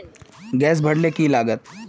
Gas भरले की लागत?